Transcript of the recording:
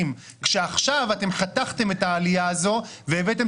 ועכשיו אתם חתכתם את העלייה הזו והבאתם